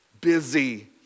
busy